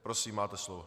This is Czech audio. Prosím, máte slovo.